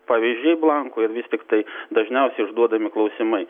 pavyzdžiai blankų ir vis tiktai dažniausiai užduodami klausimai